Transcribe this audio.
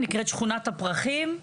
היא נקראת שכונת הפרחים.